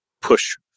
push